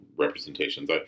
representations